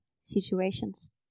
situations